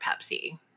Pepsi